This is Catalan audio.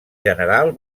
general